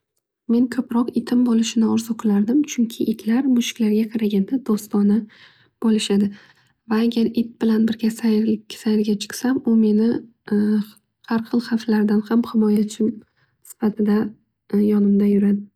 Men ko'proq itim bo'lishini orzu qilardim. Chunki itlar mushuklarga qaraganda do'stona bo'lishadi. Va agar it bilan birga sayrga chiqsam meni har xil havflardan ham himoyachim sifatida yonimda yuradi.